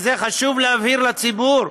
וחשוב להבהיר לציבור,